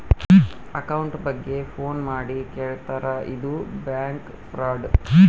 account ಬಗ್ಗೆ phone ಮಾಡಿ ಕೇಳ್ತಾರಾ ಇದು ಬ್ಯಾಂಕ್ ಫ್ರಾಡ್